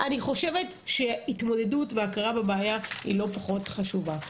אני חושבת שההתמודדות וההכרה בבעיה היא לא פחות חשובה.